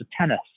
tennis